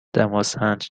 دماسنج